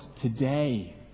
today